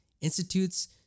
institutes